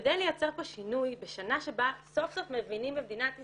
שכדי לייצר פה שינוי בשנה שבה סוף סוף מבינים במדינת ישראל,